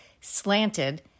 Slanted